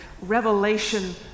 revelation